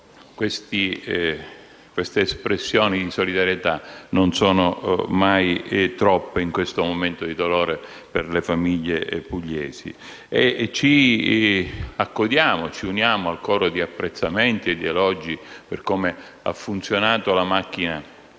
queste espressioni di solidarietà non sono mai troppe, in questo momento di dolore, per le famiglie pugliesi. Ci accodiamo e ci uniamo al coro di apprezzamenti e di elogi per come ha funzionato la macchina